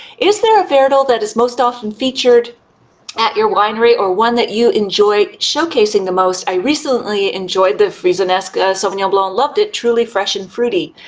is there a varietal that is most often featured at your winery or one that you enjoy showcasing the most? i recently enjoyed the frissonesque sauvignon blanc. loved it, truly fresh and fruity.